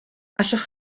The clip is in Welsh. allwch